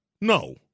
no